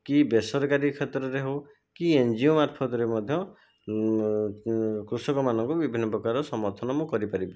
କି ବେସରକାରୀ କ୍ଷେତ୍ରରେ ହେଉ କି ଏନ୍ ଜି ଓ ମଧ୍ୟ କୃଷକମାନଙ୍କୁ ବିଭିନ୍ନ ପ୍ରକାର ସମର୍ଥନ ମୁଁ କରିପାରିବି